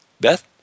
Beth